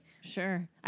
Sure